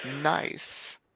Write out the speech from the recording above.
Nice